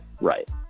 right